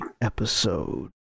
episode